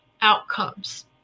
outcomes